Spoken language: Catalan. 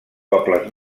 pobles